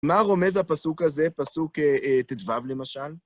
מה רומז הפסוק הזה, פסוק ט"ו, למשל?